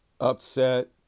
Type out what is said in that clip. upset